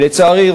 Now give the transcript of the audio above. לצערי,